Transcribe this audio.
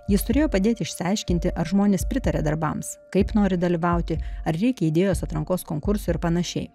jis turėjo padėti išsiaiškinti ar žmonės pritaria darbams kaip nori dalyvauti ar reikia idėjos atrankos konkursų ir panašiai